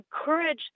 encourage